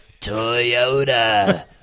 Toyota